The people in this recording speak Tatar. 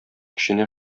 көченә